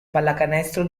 pallacanestro